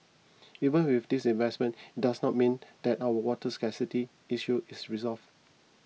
even with these investments it does not mean that our water scarcity issue is resolved